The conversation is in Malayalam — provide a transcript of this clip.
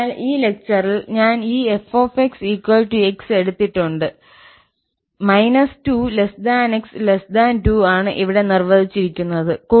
അതിനാൽ ഈ ലെക്ചറിൽ ഞാൻ ഈ 𝑓𝑥 𝑥 എടുത്തിട്ടുണ്ട് പ്രദേശത്ത് നിർവചിച്ചിരിക്കുന്നത് −2 𝑥 2